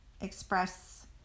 express